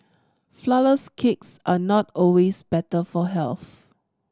flourless cakes are not always better for health